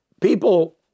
People